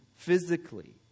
physically